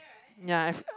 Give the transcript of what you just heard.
ya I've